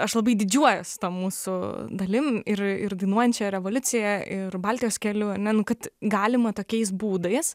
aš labai didžiuojuosi ta mūsų dalim ir ir dainuojančia revoliucija ir baltijos keliu ane nu kad galima tokiais būdais